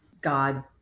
God